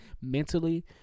mentally